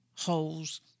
holes